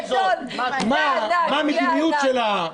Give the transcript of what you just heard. מה המדיניות שלה?